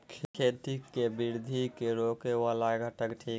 खेती केँ वृद्धि केँ रोकय वला घटक थिक?